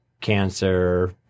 Cancer